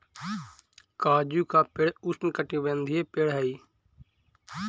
काजू का पेड़ उष्णकटिबंधीय पेड़ हई